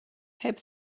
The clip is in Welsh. heb